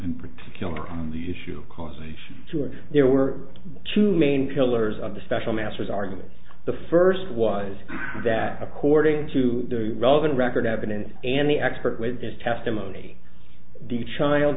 in particular on the issue causation two or there were two main killers of the special masters arguments the first was that according to the relevant record evidence and the expert witness testimony d